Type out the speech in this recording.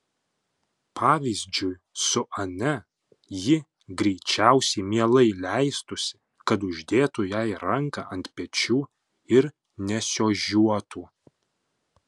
pavyzdžiui su ane ji greičiausiai mielai leistųsi kad uždėtų jai ranką ant pečių ir nesiožiuotų